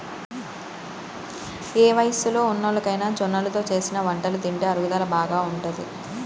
ఏ వయస్సులో ఉన్నోల్లకైనా జొన్నలతో చేసిన వంటలు తింటే అరుగుదల బాగా ఉంటది